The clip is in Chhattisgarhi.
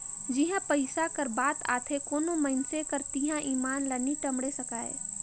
जिहां पइसा कर बात आथे कोनो मइनसे कर तिहां ईमान ल नी टमड़े सकाए